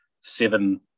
seven